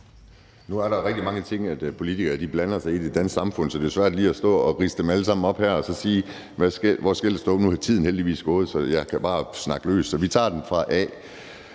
Nu er der rigtig mange ting, politikere blander sig i i det danske samfund. Så det er jo svært lige at stå og ridse dem alle sammen op her og så sige, hvor skellet skal gå. Nu er tiden heldigvis gået, så jeg kan bare snakke løs. Så vi tager den fra A.